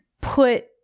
put